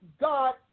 God